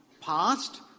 past